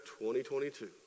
2022